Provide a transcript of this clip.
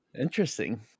Interesting